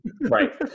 Right